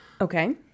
Okay